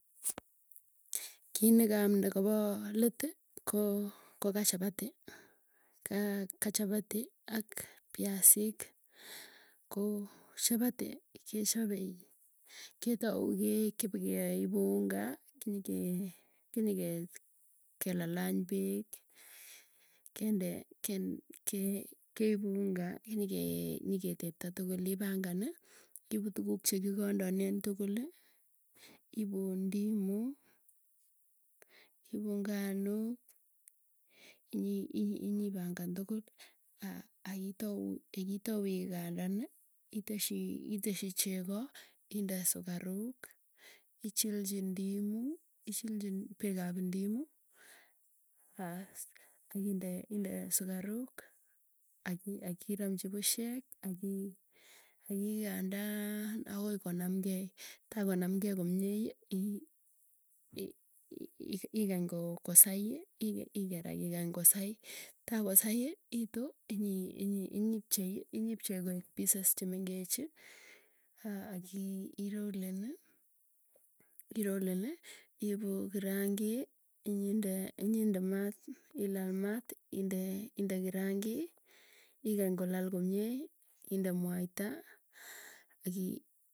Kiit nekaam nekapo leti ko koka chapati. kaa kachapati ak piasik, koo chapati kechapei, ketau kee kepeaipu unga kenyikee, kenyikee kelalany peek kendee, kendee, ke keipu unga. Kenyikee nyiketepta tugul ipangani iipu tuguk chekikandanen tuguli; iipu ndimu, iipu nganuk inyipangan tukul akitou ikandan. Iteshi chego, inde sukaruk, ichilchi ndimu ichichi peekap indimu aas akinde inde sukaruk. Akiramchi pusyek akii, akii akikandaan akoi konamkei taai konamkei komiei ikany ko sai, iger akikany kosai tai kosai iitu inyipchei koek pieces chemengechi, aki rolleni irolleni iipu kirangii inyinde inyinde maati, ilaal maati inde inde kirangii ikany kolal komie inde muataaki.